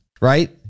right